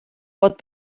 pot